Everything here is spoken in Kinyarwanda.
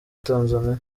tanzania